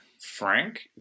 Frank